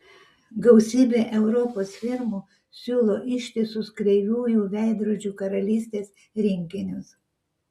gausybė europos firmų siūlo ištisus kreivųjų veidrodžių karalystės rinkinius